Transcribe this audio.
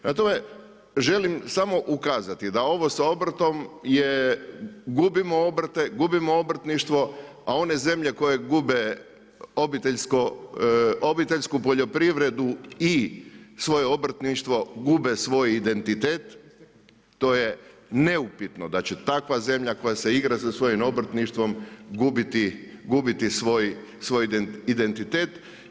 Prema tome, želim sami ukazati da ovo sa obrtom je, gubimo obrte, gubimo obrtništvo a one zemlje koje gube obiteljsku poljoprivredu i svoje obrtništvo, gube svoj identitet, to je neupitno da će takva zemlja koja se igra sa svojim obrtništvom gubiti svoj identitet.